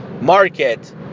market